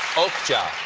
okja.